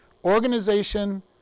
organization